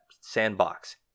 sandbox